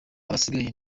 abasigaye